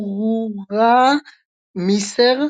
Versailles غندورة مصر"